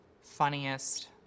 funniest